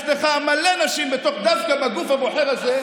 יש לך מלא נשים בתוך, דווקא בגוף הבוחר הזה.